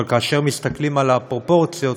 אבל כאשר מסתכלים על הפרופורציות,